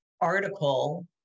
article